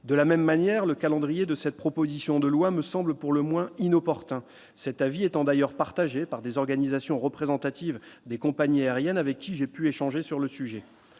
de la même manière, le calendrier de cette proposition de loi me semble pour le moins inopportun cet avis étant d'ailleurs partagée par des organisations représentatives des compagnies aériennes, avec qui j'ai pu échanger sur le sujet